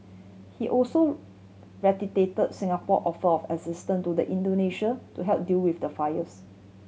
he also reiterate Singapore offer of assistance to the Indonesian to help deal with the fires